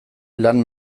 lan